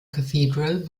cathedral